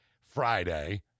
Friday